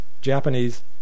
Japanese